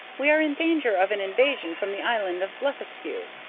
we are in danger of an invasion from the island of blefuscu,